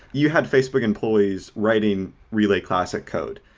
you had facebook employees writing relay classic code.